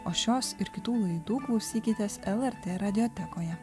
o šios ir kitų laidų klausykitės lrt radiotekoje